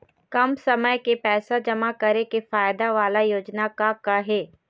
कम समय के पैसे जमा करे के फायदा वाला योजना का का हे?